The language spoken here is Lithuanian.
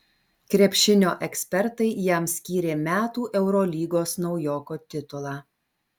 krepšinio ekspertai jam skyrė metų eurolygos naujoko titulą